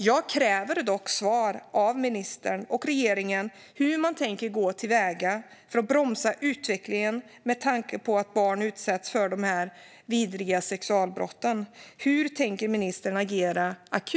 Jag kräver dock svar av ministern och regeringen när det gäller hur man tänker gå till väga för att bromsa utvecklingen med tanke på att barn utsätts för de här vidriga sexualbrotten. Hur tänker ministern agera nu?